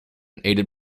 aided